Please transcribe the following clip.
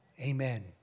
Amen